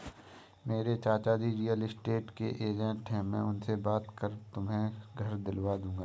मेरे चाचाजी real estate के एजेंट है मैं उनसे बात कर तुम्हें घर दिलवा दूंगा